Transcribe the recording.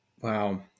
Wow